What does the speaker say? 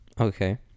Okay